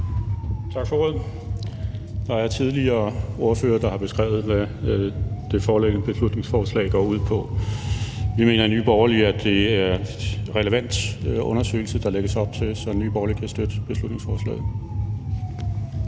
Tak for ordet. Der er ordførere, der tidligere har beskrevet, hvad det foreliggende beslutningsforslag går ud på. Vi mener i Nye Borgerlige, at det er en relevant undersøgelse, der lægges op til, så Nye Borgerlige kan støtte beslutningsforslaget.